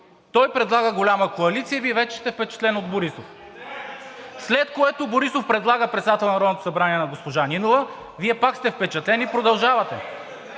Той предлага голяма коалиция и Вие вече сте впечатлен от Борисов. След това Борисов предлага председател на Народното събрание да стане госпожа Нинова, Вие пак сте впечатлен и продължавате.